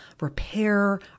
repair